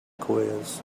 quiz